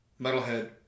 metalhead